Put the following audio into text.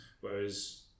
whereas